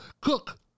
cook